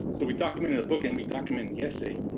so we document in the book, and we document in the essay